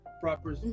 proper